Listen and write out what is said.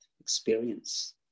experience